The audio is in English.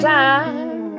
time